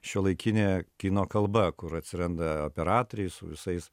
šiuolaikinė kino kalba kur atsiranda operatoriai su visais